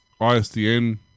ISDN